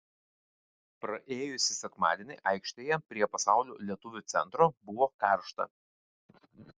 praėjusį sekmadienį aikštėje prie pasaulio lietuvių centro buvo karšta